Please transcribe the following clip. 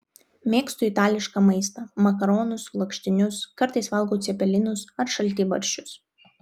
mėgstu itališką maistą makaronus lakštinius kartais valgau cepelinus ar šaltibarščius